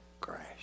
crash